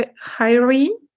hiring